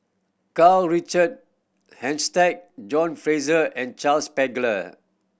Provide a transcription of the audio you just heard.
Karl Richard Hanitsch John Fraser and Charles Paglar